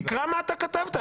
תקרא מה אתה כתבת.